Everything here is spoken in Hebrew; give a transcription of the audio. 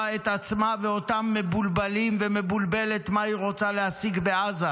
את עצמה ואותם מבולבלים ומבולבלת מה היא רוצה להשיג בעזה,